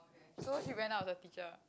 so she went out with the teacher